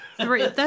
Three